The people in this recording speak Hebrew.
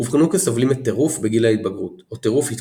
אובחנו כסובלים מטירוף "בגיל ההתבגרות" או טירוף "התפתחותי".